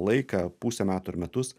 laiką pusę metų ar metus